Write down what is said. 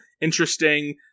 Interesting